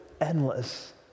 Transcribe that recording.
endless